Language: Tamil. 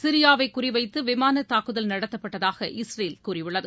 சிரியாவை குறிவைத்து விமான தாக்குதல் நடத்தப்பட்டதாக இஸ்ரேல் கூறியுள்ளது